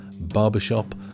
Barbershop